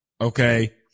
Okay